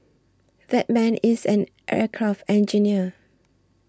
that man is an aircraft engineer